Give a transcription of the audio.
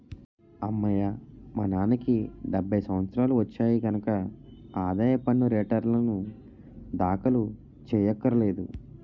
అమ్మయ్యా మా నాన్నకి డెబ్భై సంవత్సరాలు వచ్చాయి కనక ఆదాయ పన్ను రేటర్నులు దాఖలు చెయ్యక్కర్లేదు